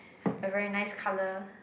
a very nice colour